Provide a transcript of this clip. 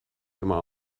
immer